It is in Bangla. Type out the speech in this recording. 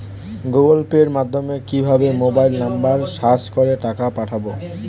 গুগোল পের মাধ্যমে কিভাবে মোবাইল নাম্বার সার্চ করে টাকা পাঠাবো?